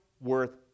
worth